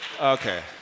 Okay